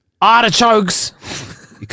Artichokes